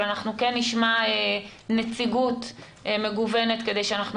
אבל אנחנו כן נשמע נציגות מגוונת כדי שאנחנו